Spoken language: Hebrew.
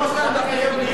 לא סביר, לקיים דיון.